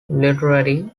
literary